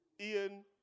Ian